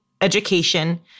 education